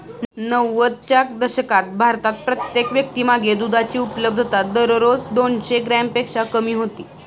नव्वदच्या दशकात भारतात प्रत्येक व्यक्तीमागे दुधाची उपलब्धता दररोज दोनशे ग्रॅमपेक्षा कमी होती